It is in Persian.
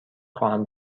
خواهم